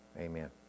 Amen